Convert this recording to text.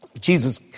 Jesus